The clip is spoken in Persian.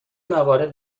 موارد